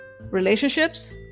relationships